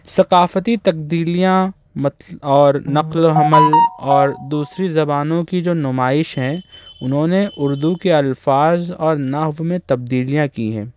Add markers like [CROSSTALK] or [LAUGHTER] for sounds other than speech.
ثقافتی تبدیلیاں اور نقل و حمل اور دوسری زبانوں کی جو نمائش ہیں انہوں نے اردو کے الفاظ اور [UNINTELLIGIBLE] میں تبدیلیاں کی ہیں